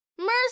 Mercy